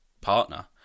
partner